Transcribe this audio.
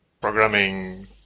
programming